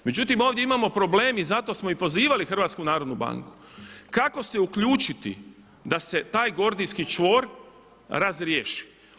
Međutim, ovdje imamo problem i zato smo i pozivali HNB kako se uključiti da se taj gordijski čvor razriješi.